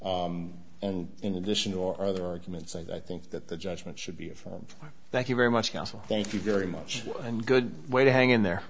and in addition or other arguments i think that the judgment should be a firm thank you very much counsel thank you very much and good way to hang in there